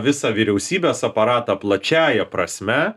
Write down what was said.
visą vyriausybės aparatą plačiąja prasme